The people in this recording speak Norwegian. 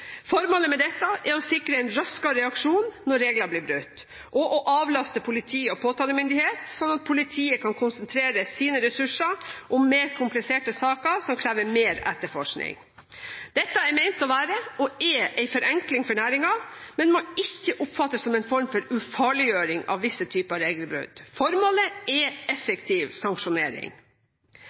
Formålet med dette er å sikre en raskere reaksjon når regler blir brutt, og å avlaste politi og påtalemyndighet, slik at politiet kan konsentrere sine ressurser om mer kompliserte saker som krever mer etterforskning. Dette er ment å være, og er, en forenkling for næringen, men må ikke oppfattes som en form for «ufarliggjøring» av visse typer regelbrudd. Formålet er effektiv sanksjonering.